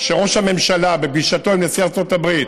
שראש הממשלה, בפגישתו עם נשיא ארצות הברית,